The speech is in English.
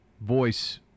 voice